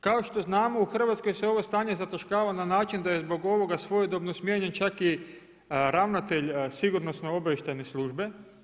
Kao što znamo u Hrvatskoj se ovo stanje zataškava na način da je zbog ovoga svojedobno smijenjen čak i ravnatelj Sigurnosno-obavještajne službe.